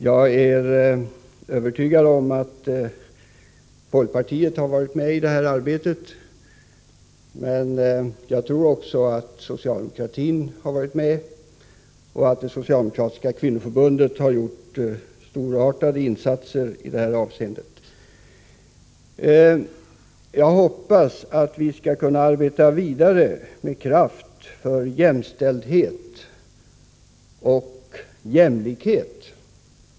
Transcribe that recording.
Jag är övertygad om att folkpartiet har varit med i det här arbetet, men jag tror också att socialdemokratin har varit med och att det socialdemokratiska kvinnoförbundet har gjort storartade insatser i detta avseende. Jag hoppas att vi skall kunna arbeta vidare med kraft för jämställdhet och jämlikhet.